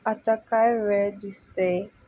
आता काय वेळ दिसते